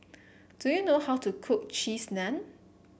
do you know how to cook Cheese Naan